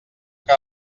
que